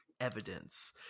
evidence